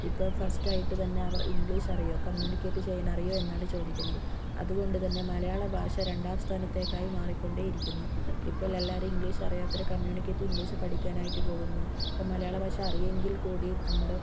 ഇപ്പോൾ ഫസ്റ്റായിട്ട് തന്നെ അവർ ഇംഗ്ലീഷ് അറിയുമോ കമ്മ്യൂണികേറ്റ് ചെയ്യാനറിയുമോ എന്നാണ് ചോദിക്കുന്നത് അതുകൊണ്ട് തന്നെ മലയാള ഭാഷ രണ്ടാം സ്ഥാനത്തേക്കായി മാറിക്കൊണ്ടേ ഇരിക്കുന്നു ഇപ്പോൾ എല്ലാവരും ഇംഗ്ലീഷ് അറിയാത്തവരെ കമ്മ്യൂണിക്കേറ്റീവ് ഇംഗ്ലീഷ് പഠിക്കാനായിട്ട് പോകുന്നു ഇപ്പോൾ മലയാള ഭാഷ അറിയുമെങ്കിൽ കൂടിയും നമ്മുടെ